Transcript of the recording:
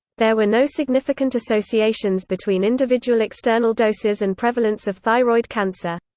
there were no significant associations between individual external doses and prevalence of thyroid cancer.